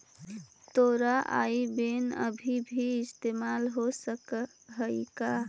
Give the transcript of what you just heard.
तोरा आई बैन अभी भी इस्तेमाल हो सकऽ हई का?